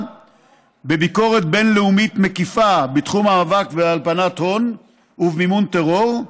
בביקורת בין-לאומית מקיפה בתחום המאבק בהלבנת הון ובמימון טרור,